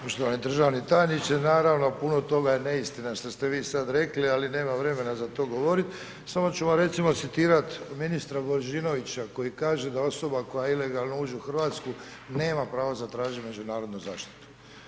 Poštovani državni tajniče, naravno puno toga je neistina što ste vi sad rekli, ali nemam vremena za to govorit, samo ću vam recimo citirat ministra Božinovića koji kaže da osoba koja ilegalno uđe u Hrvatsku nema pravo zatražiti međunarodnu zaštitu.